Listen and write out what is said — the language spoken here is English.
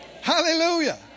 Hallelujah